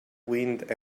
wind